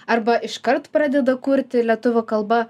arba iškart pradeda kurti lietuvių kalba